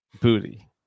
booty